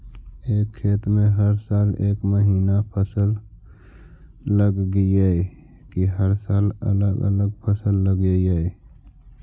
एक खेत में हर साल एक महिना फसल लगगियै कि हर साल अलग अलग फसल लगियै?